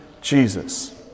Jesus